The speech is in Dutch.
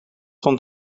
want